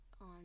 on